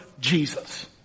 Jesus